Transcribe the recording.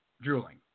drooling